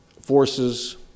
forces